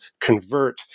convert